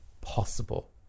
possible